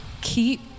keep